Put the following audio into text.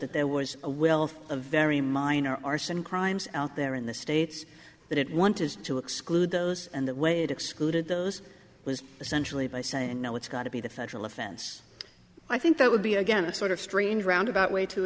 that there was a wealth of very minor arson crimes out there in the states that it wanted to exclude those and the way it excluded those was essentially by saying no it's got to be the federal offense i think that would be again a sort of strange roundabout way to